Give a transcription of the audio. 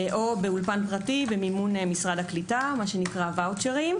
או באולפן פרטי במימון משרד הקליטה, ואוצ'רים.